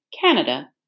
Canada